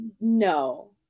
No